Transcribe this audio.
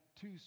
two